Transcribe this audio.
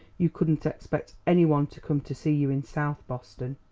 you couldn't expect any one to come to see you in south boston.